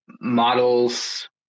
models